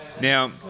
Now